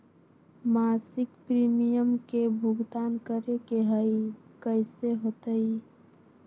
मासिक प्रीमियम के भुगतान करे के हई कैसे होतई?